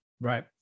Right